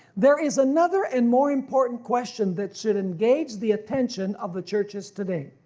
there is another and more important question that should engage the attention of the churches today.